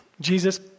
Jesus